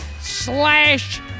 slash